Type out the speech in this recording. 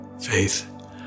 faith